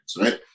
right